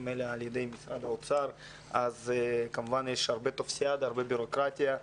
אלא על-ידי משרד האוצר אז כמובן שיש הרבה טופסיאדה והרבה בירוקרטיה.